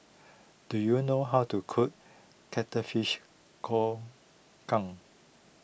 do you know how to cook Cuttlefish Kong Kang